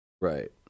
right